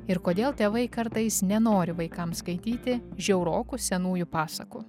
ir kodėl tėvai kartais nenori vaikams skaityti žiaurokų senųjų pasakų